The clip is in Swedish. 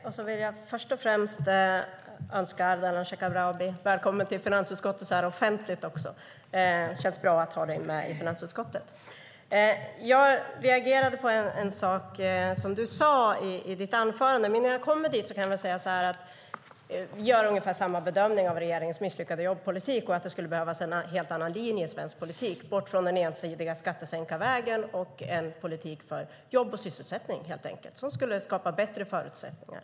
Fru talman! Jag vill först och främst önska Ardalan Shekarabi välkommen till finansutskottet, också så här offentligt. Det känns bra att ha dig med i finansutskottet. Jag reagerade på en sak som du sade i ditt anförande. Men innan jag kommer dit kan jag säga att vi gör ungefär samma bedömning när det gäller regeringens misslyckade jobbpolitik och att det skulle behövas en helt annan linje i svensk politik. Man ska bort från den ensidiga skattesänkarvägen. Det ska vara en politik för jobb och sysselsättning, helt enkelt, som skulle skapa bättre förutsättningar.